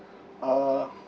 uh